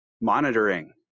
monitoring